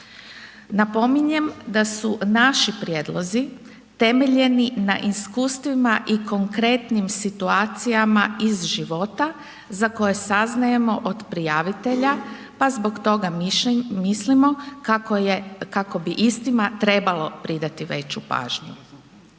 Napominjem da su naši prijedlozi temeljeni na iskustvima i konkretnim situacijama iz života, za koje saznajemo od prijavitelja pa zbog toga mislimo kako bi istima trebalo pridati veći pažnju.